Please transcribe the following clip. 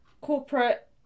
corporate